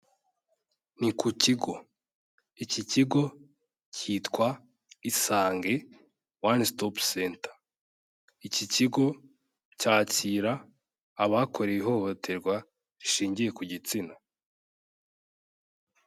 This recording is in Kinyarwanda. Ni ku kigo iki kigo cyitwa isange one stop center, iki kigo cyakira abakorewe rishingiye ku gitsina.